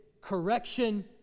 correction